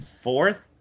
fourth